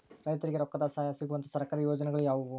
ರೈತರಿಗೆ ರೊಕ್ಕದ ಸಹಾಯ ಸಿಗುವಂತಹ ಸರ್ಕಾರಿ ಯೋಜನೆಗಳು ಯಾವುವು?